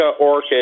orchid